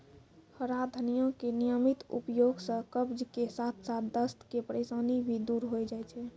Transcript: हरा धनिया के नियमित उपयोग सॅ कब्ज के साथॅ साथॅ दस्त के परेशानी भी दूर होय जाय छै